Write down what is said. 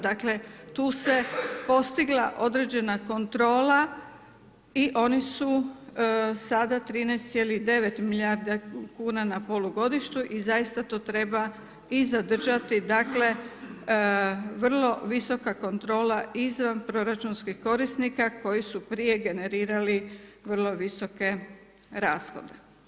Dakle tu se postigla određena kontrola i oni su sada 13,9 milijardi kuna na polugodištu i zaista to treba i zadržati dakle vrlo visoka kontrola izvanproračunskih korisnika koji su prije generirali vrlo visoke rashode.